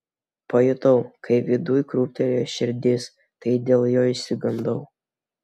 pajutau kaip viduj krūptelėjo širdis taip dėl jo išsigandau